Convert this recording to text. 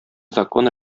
закон